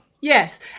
Yes